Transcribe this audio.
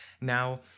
now